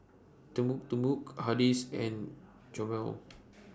Timbuk Timbuk Hardy's and Chomel